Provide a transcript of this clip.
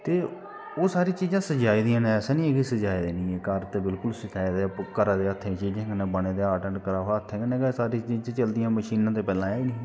ते ओह् सारियां चीजां सजाई दियां ने असें नेईं केह् सजाई दियां ने घार ते बिल्कुल सजाए दे घरें दे हत्थें कन्नै बनेदे आर्ट एण्ड कराफ्ट हत्थें कन्नै गै सारियां चीजां चलदियां इ'यां मशीनां ते पैह्ले ऐ नेहियां